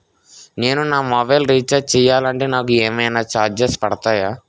నేను నా mobile recharge చేయాలంటే నాకు ఏమైనా చార్జెస్ పడతాయా?